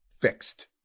fixed